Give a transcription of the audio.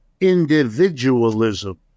individualism